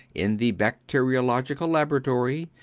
in the bacteriological laboratory.